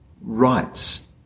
rights